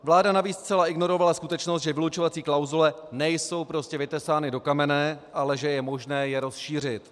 Vláda navíc zcela ignorovala skutečnost, že vylučovací klauzule nejsou prostě vytesány do kamene, ale že je možné je rozšířit.